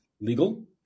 legal